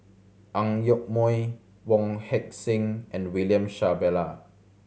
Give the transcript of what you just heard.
Ang Yoke Mooi Wong Heck Sing and William Shellabear